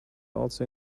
also